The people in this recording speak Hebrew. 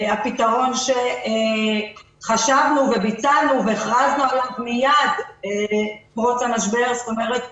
הפתרון שחשבנו וביצענו והכרזנו עליו מיד עם פרוץ המשבר - זאת אומרת,